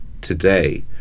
today